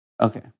Okay